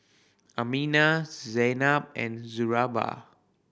Aminah Zaynab and Suraya